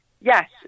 Yes